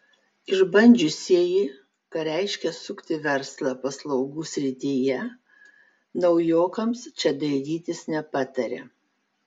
išbandžiusieji ką reiškia sukti verslą paslaugų srityje naujokams čia dairytis nepataria